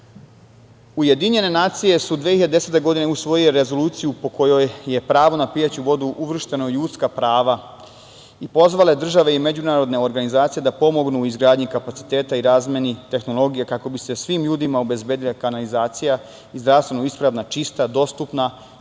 vodu. Ujedinjene nacije su 2010. godine usvojile rezoluciju po kojoj je pravo na pijaću vodu uvršteno u ljudska prava i pozvale su države i međunarodne organizacije da pomognu u izgradnji kapaciteta i razmeni tehnologije kako bi se svim ljudima obezbedila kanalizacija i zdravstveno ispravna, čista, dostupna